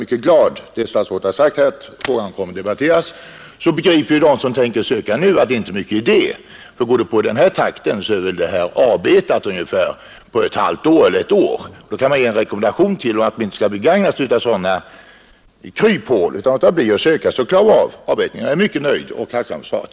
Då begriper de som nu tänker göra en ansökan av ifragavarande slag att det inte är någon idé. Med den nuvarande takten är väl balansen avbetad på ungefär ett halvt eller kanske ett är. Det kan för vederbörande betyda en rekommendation att inte begagna sig av det kryphal som finns utan avstå från att göra ansökan, på så sätt kan balansen uppnaäs ännu snabbare.